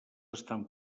estan